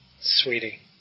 Sweetie